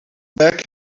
back